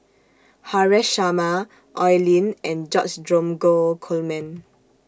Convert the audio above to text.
Haresh Sharma Oi Lin and George Dromgold Coleman